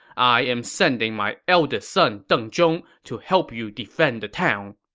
i am sending my eldest son deng zhong to help you defend the town.